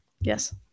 Yes